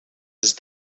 ist